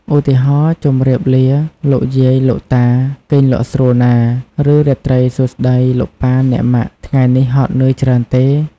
ឧទាហរណ៍ ជម្រាបលាលោកយាយលោកតា! គេងលក់ស្រួលណា៎! ឬ រាត្រីសួស្តីលោកប៉ាអ្នកម៉ាក់! ថ្ងៃនេះហត់នឿយច្រើនទេ?។